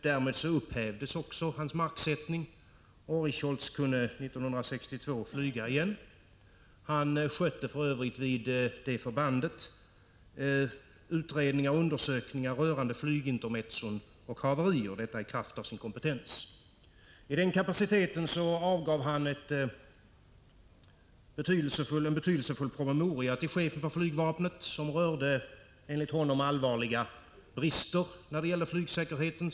Därmed upphävdes också hans marksättning, varpå han år 1962 kunde flyga igen. Vid det förbandet skötte han för övrigt i kraft av sin kompetens utredningar och undersökningar rörande flygintermezzon och haverier. I den kapaciteten avgav han till chefen för flygvapnet en betydelsefull promemoria, som rörde enligt honom allvarliga brister i flygsäkerheten.